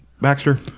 Baxter